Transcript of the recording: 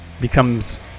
becomes